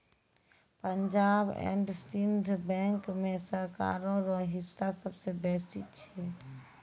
Punjab and Sind bank मे सरकारो रो हिस्सा सबसे बेसी छै